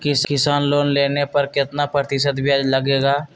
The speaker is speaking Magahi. किसान लोन लेने पर कितना प्रतिशत ब्याज लगेगा?